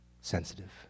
sensitive